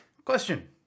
Question